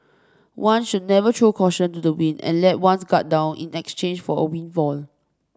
one should never throw caution to the wind and let one's guard down in exchange for a windfall